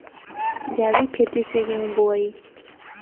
जैविक खेती से गेहूँ बोवाई